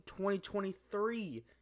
2023